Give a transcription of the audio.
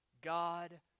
God